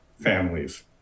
families